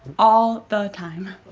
all the time